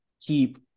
keep